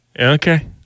Okay